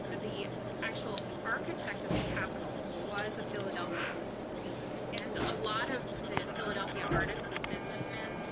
ah the actual architect of the capital was a philadelphian and a lot of the philadelphia artists and businessmen,